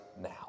now